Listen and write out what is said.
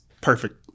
perfect